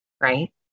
Right